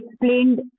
explained